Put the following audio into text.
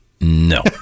No